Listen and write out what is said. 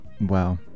Wow